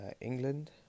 England